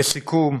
לסיכום,